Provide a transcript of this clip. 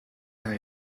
hij